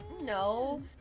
No